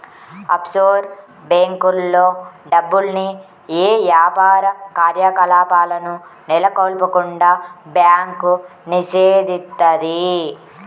offshore బ్యేంకుల్లో డబ్బుల్ని యే యాపార కార్యకలాపాలను నెలకొల్పకుండా బ్యాంకు నిషేధిత్తది